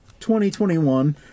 2021